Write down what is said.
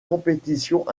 compétitions